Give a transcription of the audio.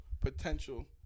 potential